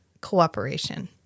cooperation